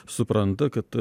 supranta kad